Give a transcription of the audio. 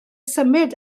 symud